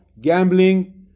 gambling